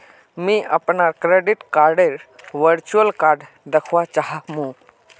मी अपनार क्रेडिट कार्डडेर वर्चुअल कार्ड दखवा चाह मु